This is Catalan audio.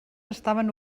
estaven